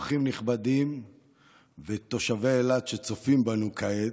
אורחים נכבדים ותושבי אילת שצופים בנו כעת,